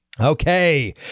Okay